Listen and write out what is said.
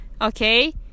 Okay